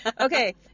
okay